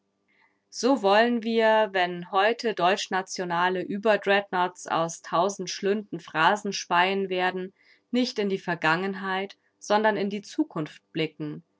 so wollen wir wenn heute deutschnationale überdreadnoughts aus tausend schlünden phrasen speien werden nicht in die vergangenheit sondern in die zukunft blicken